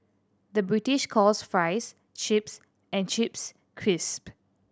the British calls fries chips and chips crisp